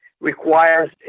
requires